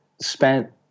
spent